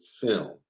film